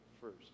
first